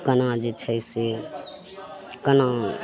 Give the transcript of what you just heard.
कोना जे छै से कोना